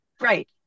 right